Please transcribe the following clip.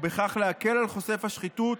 ובכך להקל על חושף השחיתות